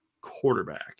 quarterback